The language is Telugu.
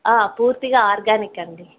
పూర్తిగా ఆర్గానిక్ అండి